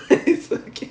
ya